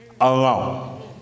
alone